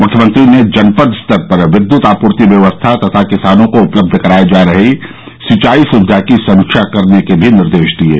मुख्यमंत्री ने जनपद स्तर पर विद्यत आपूर्ति व्यवस्था तथा किसानों को उपलब्ध कराये जा रहे सिंचाई सुविधा की समीक्षा करने के भी निर्देश दिये